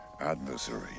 adversary